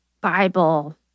Bible